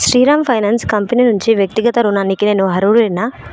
Sriram finance company నుండి వ్యక్తిగత రుణానికి నేను అర్హుడినా